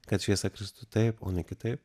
kad šviesa kristų taip o ne kitaip